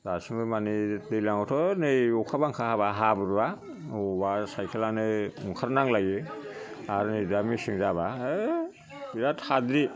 दासिमबो मानि दैलांआवथ' नै अखा बांखा हाबा हाब्रुआ अबावबा साइखेलआनो अंखारनांलायो आर नै दा मेसें जाबा होइ बिराथ हाद्रि